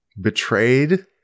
betrayed